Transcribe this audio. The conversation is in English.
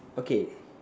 okay